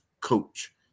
coach